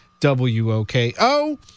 WOKO